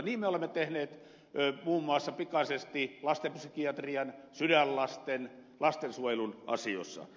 niin me olemme tehneet muun muassa pikaisesti lastenpsykiatrian sydänlasten lastensuojelun asioissa